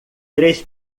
três